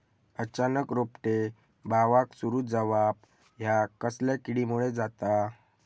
अचानक रोपटे बावाक सुरू जवाप हया कसल्या किडीमुळे जाता?